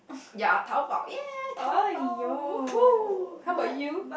ya Taobao !yay! Taobao !woohoo! how about you